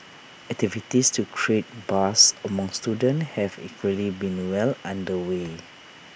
activities to create buzz among students have equally been well under way